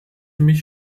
mich